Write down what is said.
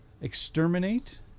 exterminate